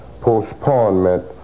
postponement